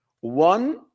One